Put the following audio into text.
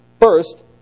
First